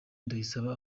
ndayisaba